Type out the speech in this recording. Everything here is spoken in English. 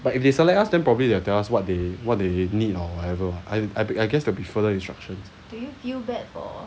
but if they select us then probably they will tell us what they what they need or whatever I I guess there will be further instructions